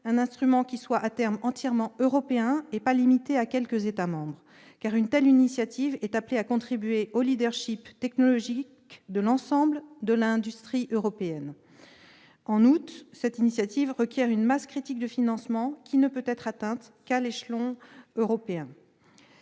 un instrument qui soit, à terme, entièrement européen et pas limité à quelques États membres, car une telle initiative est appelée à contribuer au technologique de l'ensemble de l'industrie européenne. En outre, cette initiative requiert une masse critique de financements qui ne peut être atteinte qu'à l'échelon européen.